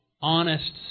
honest